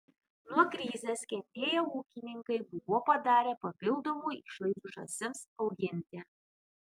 nuo krizės kentėję ūkininkai buvo padarę papildomų išlaidų žąsims auginti